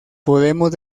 podemos